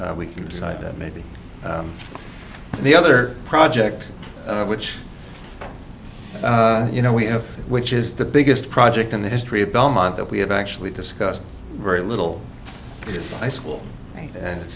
we can decide that maybe the other project which you know we have which is the biggest project in the history of belmont that we have actually discussed very little high school and it